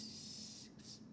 six